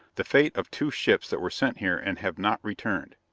the fate of two ships that were sent here and have not returned.